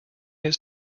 his